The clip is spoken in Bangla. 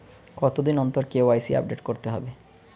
কতদিন অন্তর কে.ওয়াই.সি আপডেট করতে হবে?